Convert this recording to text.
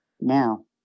Now